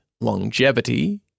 longevity